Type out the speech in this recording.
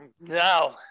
No